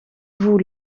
vous